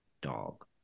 dog